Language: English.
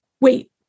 wait